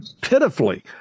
pitifully